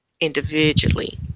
individually